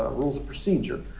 ah rules of procedure,